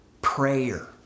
prayer